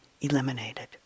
eliminated